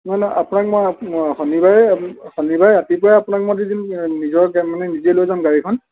নহয় নহয় আপোনাক মই শনিবাৰে শনিবাৰে ৰাতিপুৱাই আপোনাক মই দি দিম নিজৰ মানে নিজে লৈ যাম গাড়ীখন